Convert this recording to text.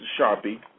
Sharpie